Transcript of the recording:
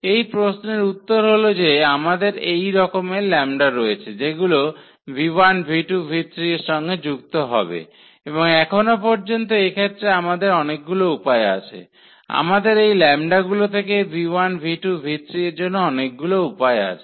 এই প্রশ্নের উত্তর হলো যে আমাদের এই রকমের λ রয়েছে যেগুলো এর সঙ্গে যুক্ত হবে এবং এখনো পর্যন্ত এক্ষেত্রে আমাদের অনেকগুলি উপায় আছে আমাদের এই λ গুলো থেকে এর জন্য অনেকগুলি উপায় আছে